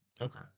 Okay